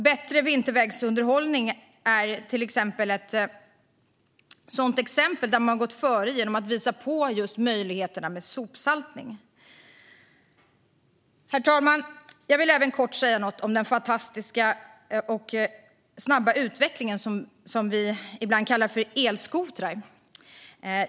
Bättre vintervägsunderhållning är ett sådant exempel där man gått före genom att visa på möjligheterna med sopsaltning. Herr talman! Jag vill även kort säga något om den fantastiska och snabba utveckling av det som vi ibland kallar elskotrar har inneburit.